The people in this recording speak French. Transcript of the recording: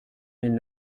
mille